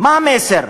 מה המסר?